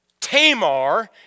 Tamar